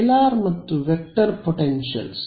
scalar ಮತ್ತು vector potentials